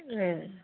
ए